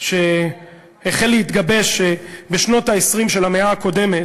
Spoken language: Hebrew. שהחל להתגבש בשנות ה-20 של המאה הקודמת,